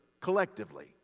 collectively